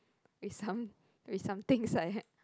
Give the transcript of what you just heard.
it's some it's something it's like